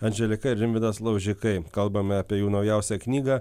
andželika ir rimvydas laužikai kalbame apie jų naujausią knygą